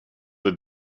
with